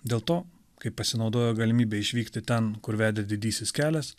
dėl to kai pasinaudojau galimybe išvykti ten kur vedė didysis kelias